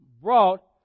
Brought